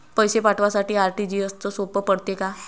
पैसे पाठवासाठी आर.टी.जी.एसचं सोप पडते का?